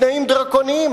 בתנאים דרקוניים,